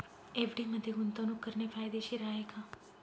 FD मध्ये गुंतवणूक करणे फायदेशीर आहे का?